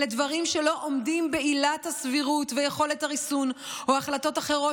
אלה דברים שלא עומדים בעילת הסבירות ויכולת הריסון או החלטות אחרות,